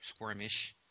Squirmish